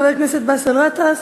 חבר הכנסת באסל גטאס,